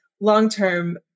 long-term